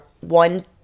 one